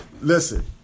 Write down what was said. Listen